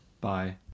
Bye